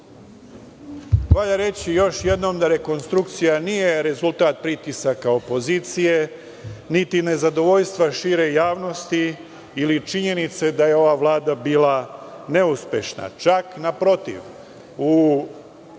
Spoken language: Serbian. reći, još jednom, da rekonstrukcija nije rezultat pritisaka opozicije, niti nezadovoljstva šire javnosti ili činjenice da je ova vlada bila neuspešna. Čak naprotiv,